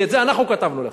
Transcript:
כי את זה אנחנו כתבנו לך.